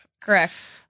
Correct